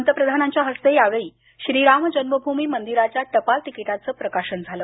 पंतप्रधानांच्या हस्ते यावेळी श्रीराम जन्मभूमी मंदिराच्या टपाल तिकिटाचं प्रकाशन झालं